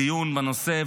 דיון בנושא,